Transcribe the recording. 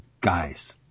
guys